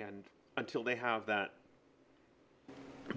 and until they have that